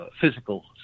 physical